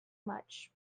much